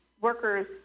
workers